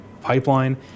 pipeline